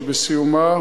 ובסיומה,